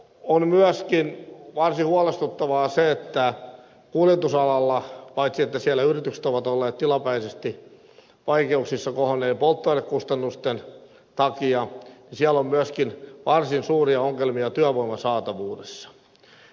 on myöskin varsin huolestuttavaa se että paitsi että kuljetusalalla yritykset ovat olleet tilapäisesti vaikeuksissa kohonneiden polttoainekustannusten takia siellä on myöskin varsin suuria ongelmia työvoiman saatavuudessa